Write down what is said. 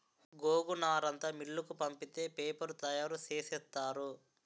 గోగునారంతా మిల్లుకు పంపితే పేపరు తయారు సేసేత్తారు